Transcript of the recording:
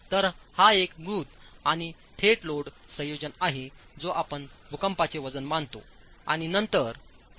तर हा एक मृत आणि थेट लोड संयोजन आहे जो आपण भूकंपाचे वजन मानतो आणि नंतरअंदाजकरण्यासाठी वापरतो